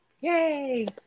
Yay